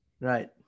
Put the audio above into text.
Right